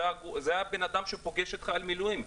זה האדם שפוגש את חייל המילואים.